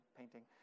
painting